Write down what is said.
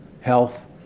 health